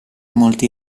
molti